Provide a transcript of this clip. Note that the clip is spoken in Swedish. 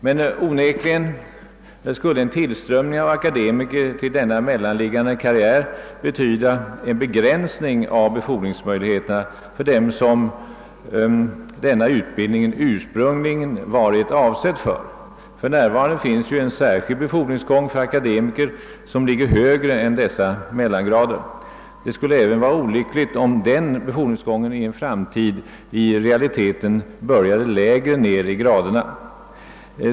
Men onekligen skulle en tillströmning av akademiker till denna mellanliggande karriär betyda en begränsning av befordringsmöjligheterna för dem som denna utbildning ursprungligen varit avsedd för. För närvarande finns en särskild befordringsgång för akademiker, vilken ligger högre än dessa mellangrader. Det skulle även vara olyckligt om den befordringsgången i en framtid började lägre ned i graderna.